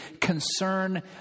concern